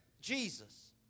Jesus